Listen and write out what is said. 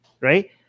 right